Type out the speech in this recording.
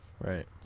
Right